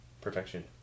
perfection